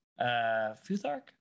Futhark